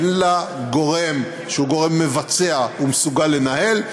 אין לה גורם שהוא גורם מבצע ומסוגל לנהל,